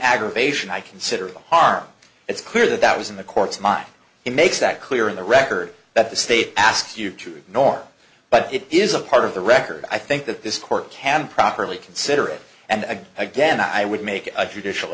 aggravation i consider the harm it's clear that that was in the court's mind it makes that clear in the record that the state asks you to ignore but it is a part of the record i think that this court can properly consider it and again i would make a judicial